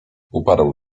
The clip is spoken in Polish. uparł